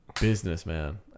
businessman